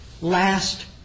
last